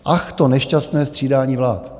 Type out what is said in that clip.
Ach, to nešťastné střídání vlád.